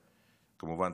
כמובן,